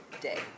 Day